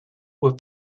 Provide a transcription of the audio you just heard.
were